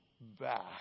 back